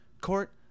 Court